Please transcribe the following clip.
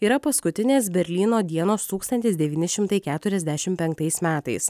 yra paskutinės berlyno dienos tūkstantis devyni šimtai keturiasdešimt penktais metais